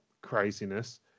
craziness